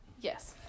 Yes